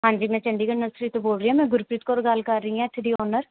ਹਾਂਜੀ ਮੈਂ ਚੰਡੀਗੜ੍ਹ ਨਰਸਰੀ ਤੋਂ ਬੋਲ ਰਹੀ ਹਾਂ ਮੈਂ ਗੁਰਪ੍ਰੀਤ ਕੌਰ ਗੱਲ ਕਰ ਰਹੀ ਹਾਂ ਇੱਥੇ ਦੀ ਓਨਰ